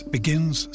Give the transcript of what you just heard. Begins